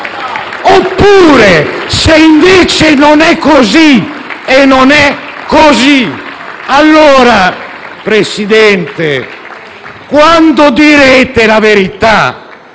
Oppure, se non è così (e non è così) allora, Presidente, quando direte la verità?